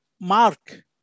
Mark